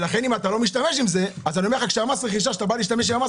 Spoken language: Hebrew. כשאתה מעלה את מס הרכישה,